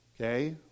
Okay